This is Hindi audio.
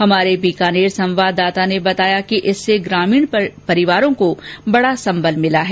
हमारे बीकानेर संवाददाता ने बताया कि इससे ग्रामीण परिवारों का बडा सम्बल मिला है